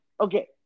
Okay